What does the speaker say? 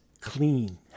clean